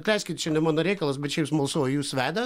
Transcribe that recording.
atleiskit čia ne mano reikalas bet šiaip smalsu o jūs vedęs